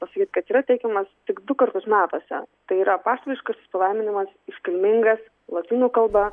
pasakyt kad yra teikiamas tik du kartus metuose tai yra apaštališkasis palaiminimas iškilmingas lotynų kalba